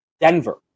Denver